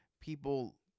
people